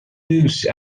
loose